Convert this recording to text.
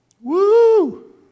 Woo